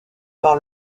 par